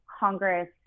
Congress